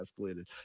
escalated